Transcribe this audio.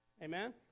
Amen